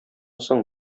соң